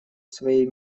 своей